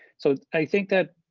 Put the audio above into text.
so i think that,